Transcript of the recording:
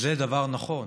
זה דבר נכון.